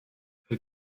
her